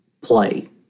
play